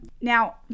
Now